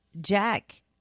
Jack